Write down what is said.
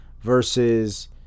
versus